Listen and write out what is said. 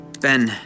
Ben